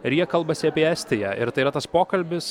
ir jie kalbasi apie estiją ir tai yra tas pokalbis